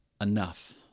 enough